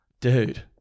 dude